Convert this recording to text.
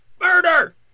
Murder